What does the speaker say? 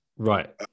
Right